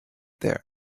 there